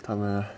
他们